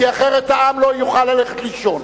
כי אחרת העם לא יוכל ללכת לישון.